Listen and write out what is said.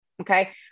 Okay